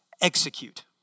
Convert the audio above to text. execute